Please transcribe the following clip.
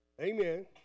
amen